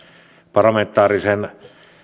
parlamentaarisen